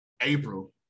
April